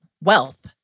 wealth